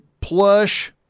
plush